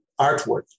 artwork